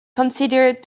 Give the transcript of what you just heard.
considered